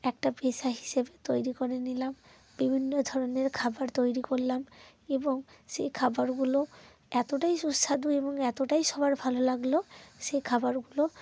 একটা পেশা হিসেবে তৈরি করে নিলাম বিভিন্ন ধরনের খাবার তৈরি করলাম এবং সেই খাবারগুলো এতটাই সুস্বাদু এবং এতটাই সবার ভালো লাগল সেই খাবারগুলো